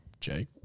Jake